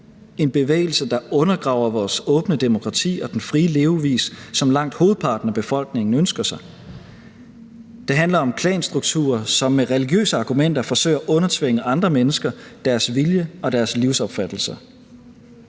en bevægelse, der undergraver vores åbne demokrati og den frie levevis, som langt hovedparten af befolkningen ønsker sig. Det handler om klanstrukturer, som med religiøse argumenter forsøger at undertvinge andre mennesker deres vilje og deres livsopfattelse.